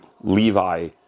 Levi